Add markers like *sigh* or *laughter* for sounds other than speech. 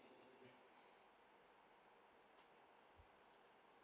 *breath*